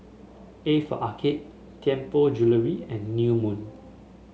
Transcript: A for Arcade Tianpo Jewellery and New Moon